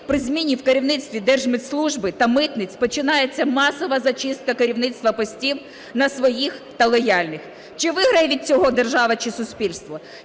при зміні в керівництві Держмитслужби та митниць починається масова зачистка керівництва постів на своїх та лояльних. Чи виграє від цього держава чи суспільство?